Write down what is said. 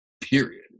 period